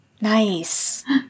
Nice